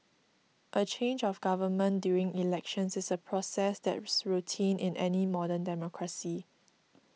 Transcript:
a change of government during elections is a process that's routine in any modern democracy